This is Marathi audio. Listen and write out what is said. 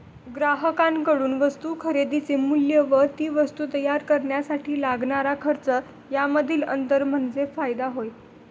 ग्राहकांकडून वस्तू खरेदीचे मूल्य व ती वस्तू तयार करण्यासाठी लागणारा खर्च यामधील अंतर म्हणजे फायदा होय